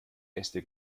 äste